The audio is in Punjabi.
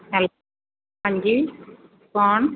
ਹੈਲ ਹਾਂਜੀ ਕੌਣ